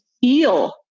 feel